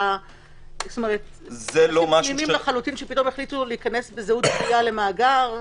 אנשים תמימים לחלוטין שהחליטו להיכנס בזהות בדויה למאגר?